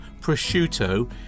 prosciutto